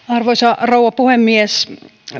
arvoisa rouva puhemies